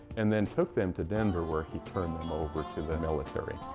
and then took them to denver where he turned them over to the military.